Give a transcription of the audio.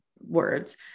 words